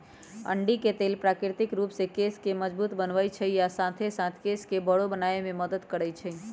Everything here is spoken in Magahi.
अंडी के तेल प्राकृतिक रूप से केश के मजबूत बनबई छई आ साथे साथ केश के बरो बनावे में मदद करई छई